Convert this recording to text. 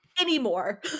anymore